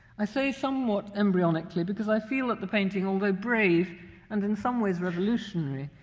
i say somewhat embryonically because i feel that the painting, although brave and in some ways revolutionary,